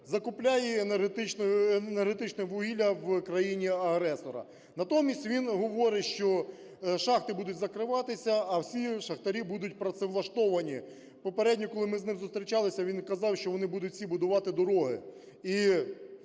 закупає енергетичне вугілля в країни-агресора. Натомість він говорить, що шахти будуть закриватися, а всі шахтарі будуть працевлаштовані. Попередньо, коли ми з ним зустрічалися, він казав, що вони будуть всі будувати дороги.